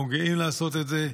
אנחנו גאים לעשות את זה,